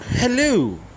Hello